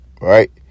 Right